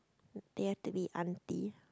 they have to be auntie